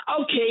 Okay